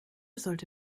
sollte